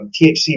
THC